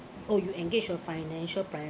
oh you engage your financial planner